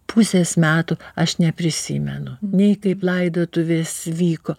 pusės metų aš neprisimenu nei kaip laidotuvės vyko